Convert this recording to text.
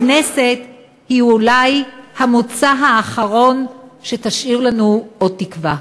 הכנסת היא אולי המוצא האחרון שישאיר לנו עוד תקווה.